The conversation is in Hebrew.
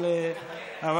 הסתיים.